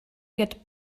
get